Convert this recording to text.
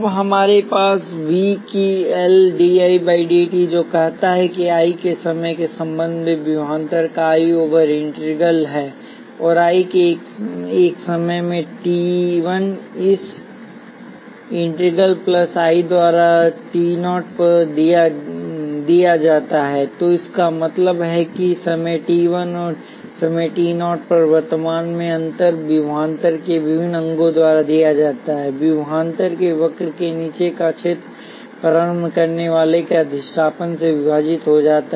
अब हमारे पास V is L dI by dt जो कहता है कि I समय के संबंध में विभवांतर का 1 ओवर L इंटीग्रल है और I एक समय में t 1 इस इंटीग्रल प्लस I द्वारा समय t 0 पर दिया जाता है तो इसका मतलब है कि समय टी 1 और समय टी 0 पर वर्तमान में अंतर विभवांतर के अभिन्न अंग द्वारा दिया जाता है विभवांतर वक्र के नीचे का क्षेत्र प्रारंभ करनेवाला के अधिष्ठापन से विभाजित होता है